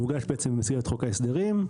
מוגש במסגרת חוק ההסדרים.